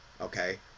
okay